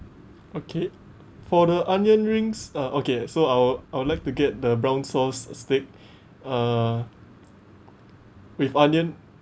okay for the onion rings uh okay so I wou~ I would like to get the brown sauce steak uh with onion